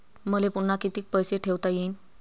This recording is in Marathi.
मले पुन्हा कितीक पैसे ठेवता येईन?